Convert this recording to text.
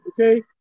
Okay